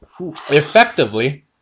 effectively